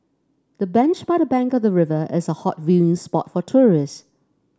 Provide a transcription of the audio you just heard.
the bench by the bank of the river is a hot viewing spot for tourist